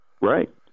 Right